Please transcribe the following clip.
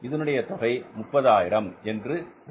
இதனுடைய தொகை 30000 என்று வரும்